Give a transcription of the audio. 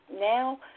now